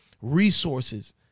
resources